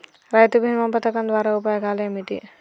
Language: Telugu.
రైతు బీమా పథకం ద్వారా ఉపయోగాలు ఏమిటి?